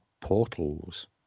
portals